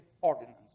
ordinance